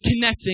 connecting